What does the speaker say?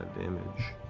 damage,